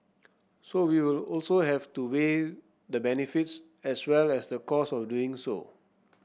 so we will also have to weigh the benefits as well as the costs of doing so